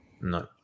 No